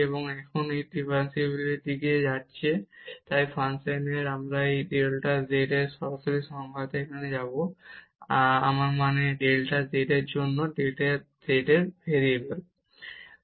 এবং এখন ডিফারেনশিবিলিটির দিকে আসছে তাই এই ফাংশনের তাই আমরা এই ডেল্টা z এর সরাসরি সংজ্ঞাটি এখানে নেব আমার মানে ডেল্টা z এর জন্য z এর ভেরিয়েসন্